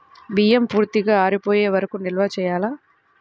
బియ్యం పూర్తిగా ఆరిపోయే వరకు నిల్వ చేయాలా?